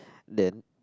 then